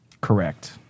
Correct